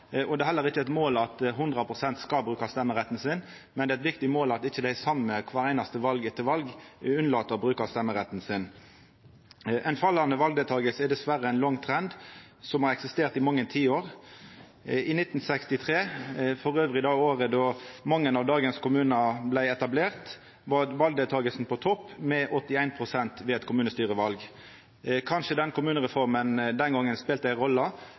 Det er heller ikkje eit mål at 100 pst. skal bruka stemmeretten sin, men det er eit viktig mål at det ikkje er dei same som kvar einaste gong, val etter val, unnlèt å bruka stemmeretten sin. Ei fallande valdeltaking er dessverre ein lang trend som har eksistert i mange tiår. I 1963 – som elles var det året då mange av dagens kommunar vart etablerte – var valdeltakinga på topp, med 81 pst. ved kommunestyrevalet. Kanskje kommunereforma den gongen